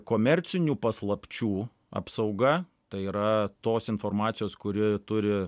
komercinių paslapčių apsauga tai yra tos informacijos kuri turi